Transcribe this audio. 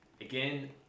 Again